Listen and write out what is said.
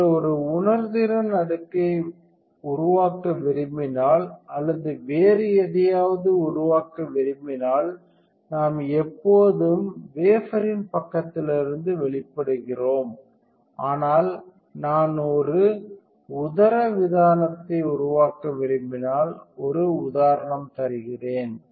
நீங்கள் ஒரு உணர்திறன் அடுக்கை உருவாக்க விரும்பினால் அல்லது வேறு எதையாவது உருவாக்க விரும்பினால் நாம் எப்போதும் வேபரின் பக்கத்திலிருந்து வெளிப்படுத்துகிறோம் ஆனால் நான் ஒரு உதரவிதானத்தை உருவாக்க விரும்பினால் ஒரு உதாரணம் தருகிறேன்